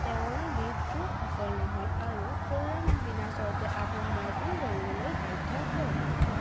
তেওঁৰ বিদ্ৰোহ সফল নহ'ল আৰু খুৰৰাম বিনাচৰ্তে আত্মসমৰ্পণ কৰিবলৈ বাধ্য হ'ল